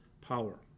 power